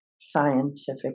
scientific